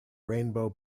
rainbow